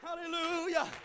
Hallelujah